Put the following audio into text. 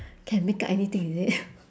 can make up anything is it